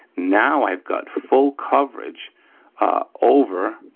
now i've got full coverage over